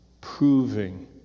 proving